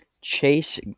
Chase